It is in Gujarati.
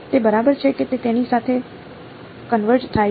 તે બરાબર છે કે તે તેની સાથે કન્વર્જ થાય છે